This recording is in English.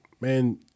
man